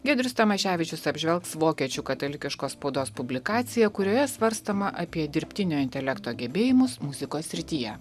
giedrius tamaševičius apžvelgs vokiečių katalikiškos spaudos publikaciją kurioje svarstoma apie dirbtinio intelekto gebėjimus muzikos srityje